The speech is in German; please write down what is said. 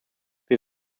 wir